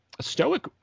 stoic